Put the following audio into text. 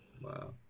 Wow